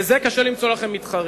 בזה קשה למצוא לכם מתחרים.